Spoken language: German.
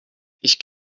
ich